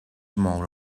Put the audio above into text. moure